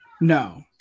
No